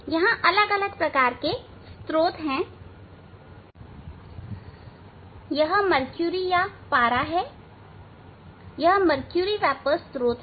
यहां अलग अलग प्रकार के स्त्रोत हैं यहां मरक्यूरी या पारा है यह मरक्यूरी वेपर स्त्रोत है